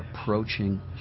approaching